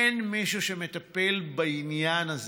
אין מישהו שמטפל בעניין הזה,